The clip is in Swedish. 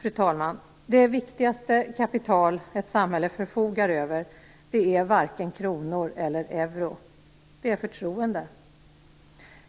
Fru talman! Det viktigaste kapital ett samhälle förfogar över är varken kronor eller euro. Det är förtroende.